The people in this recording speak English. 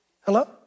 Hello